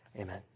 Amen